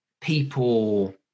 people